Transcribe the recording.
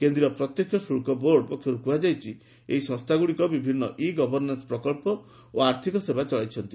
କେନ୍ଦ୍ରୀୟ ପ୍ରତ୍ୟକ୍ଷ ଶୁଳ୍କ ବୋର୍ଡ୍ ପକ୍ଷରୁ କୁହାଯାଇଛି ଏହି ସଂସ୍ଥାଗୁଡ଼ିକ ବିଭିନ୍ନ ଇ ଗଭର୍ଷ୍ଣାନ୍ନ ପ୍ରକଳ୍ପ ଓ ଆର୍ଥିକ ସେବା ଚଳାଇଛନ୍ତି